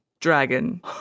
dragon